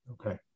Okay